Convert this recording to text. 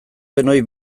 denoi